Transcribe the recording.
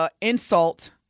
insult